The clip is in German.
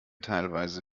teilweise